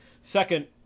Second